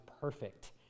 perfect